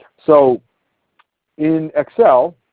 so in excel,